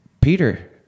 Peter